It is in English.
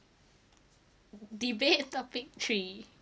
debate topic three